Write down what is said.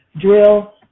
drill